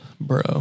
bro